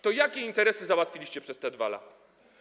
To jakie interesy załatwiliście przez te 2 lata?